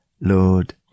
Lord